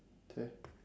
okay